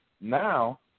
Now